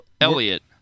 Elliot